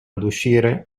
uscire